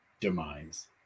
demise